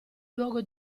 luogo